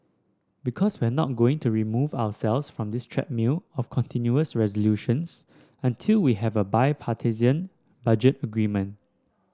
because we're not going to remove ourselves from this treadmill of continuing resolutions until we have a bipartisan budget agreement